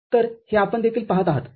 तर हे आपण येथे पाहत आहात